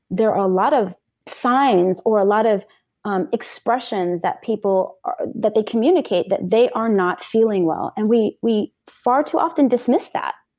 there are a lot of signs or a lot of um expressions that people, that they communicate that they are not feeling well. and we we far too often dismiss that.